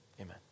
Amen